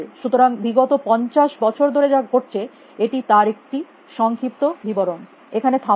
সুতরাং বিগত 50 বছর ধরে যা ঘটেছে এটি তার একটি সংক্ষিপ্ত বিবরণ এখানে থামব